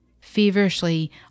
feverishly